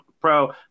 Pro